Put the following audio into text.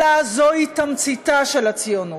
אלא זוהי תמציתה של הציונות.